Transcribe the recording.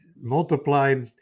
multiplied